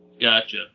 Gotcha